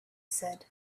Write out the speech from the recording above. said